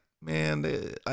man